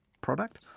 product